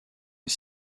est